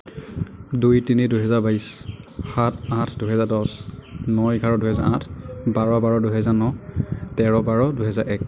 দুই তিনি দুহেজাৰ বাইছ সাত আঠ দুহেজাৰ দহ ন এঘাৰ দুহেজাৰ আঠ বাৰ বাৰ দুহেজাৰ ন তেৰ বাৰ দুহেজাৰ এক